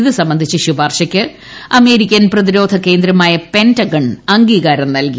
ഇത് സംബന്ധിച്ച ശുപാർശയ്ക്ക് അമേരിക്കൻ പ്രതിരോധ കേന്ദ്രമായ പെന്റഗൺ അംഗീകാരം നൽകി